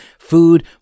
Food